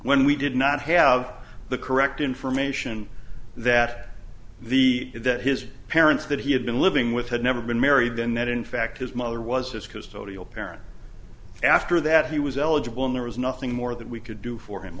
when we did not have the correct information that the that his parents that he had been living with had never been married then that in fact his mother was his because apparently after that he was eligible and there was nothing more that we could do for him